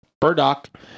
Burdock